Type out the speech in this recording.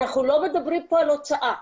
אנחנו לא מדברים פה על הוצאה,